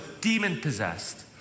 demon-possessed